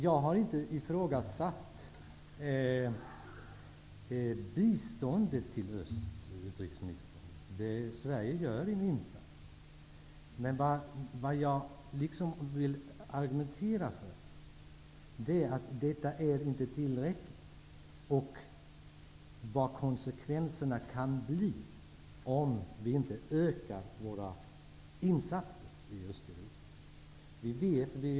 Jag har inte ifrågasatt biståndet till Östeuropa. Sverige gör där en insats. Vad jag ville säga är att det inte är tillräckligt och att vi måste se på vad konsekvenserna kan bli om vi inte ökar våra insatser i Östeuropa.